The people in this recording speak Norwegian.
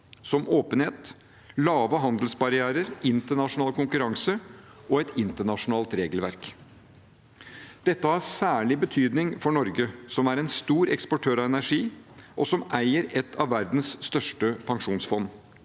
som åpenhet, lave handelsbarrierer, internasjonal konkurranse og et internasjonalt regelverk. Dette har særlig betydning for Norge, som er en stor eksportør av energi, og som eier av et av verdens største pensjonsfond.